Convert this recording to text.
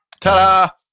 Ta-da